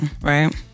right